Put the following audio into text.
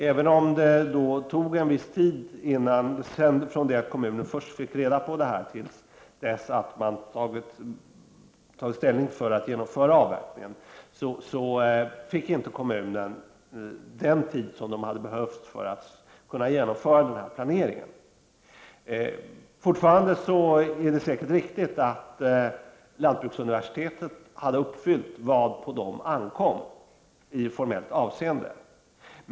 Även om det tog en viss tid från det att kommunen först fick reda på detta till dess att det togs ställning för att genomföra avverkningen, så fick inte kommunen den tid som hade behövts för att kunna genomföra planeringen. Det är fortfarande säkert riktigt att lantbruksuniversitetet hade uppfyllt vad på det ankom i formellt avseende.